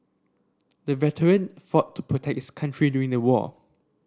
the veteran fought to protects country during the war